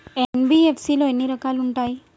NBFC లో ఎన్ని రకాలు ఉంటాయి?